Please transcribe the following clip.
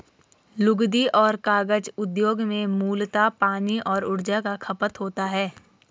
लुगदी और कागज उद्योग में मूलतः पानी और ऊर्जा का खपत होता है